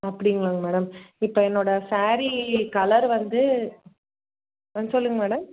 அப்படிங்களாங்க madam இப்போ என்னோட sari colour வந்து ம் சொல்லுங்க மேடம்